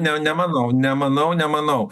ne nemanau nemanau nemanau